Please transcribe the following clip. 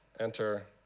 enter,